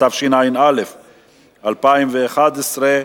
התשע"א 2011,